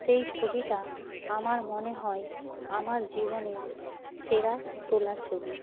সেই ছবিটা আমার মনে হয় আমার জীবনের সেরা তোলা ছবি